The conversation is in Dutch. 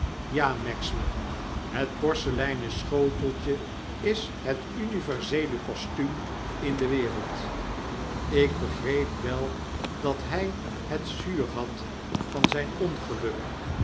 ja magsman het porseleinen schoteltje is het universeele kostuum in de wereld ik begreep wel dat hi het zuur had van zyn ongeluk